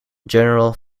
general